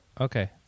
Okay